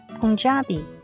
Punjabi